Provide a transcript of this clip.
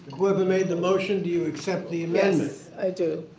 who ever made the motion, do you accept the amendment? i do.